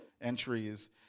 entries